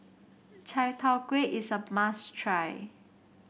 Chai Tow Kway is a must try